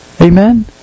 Amen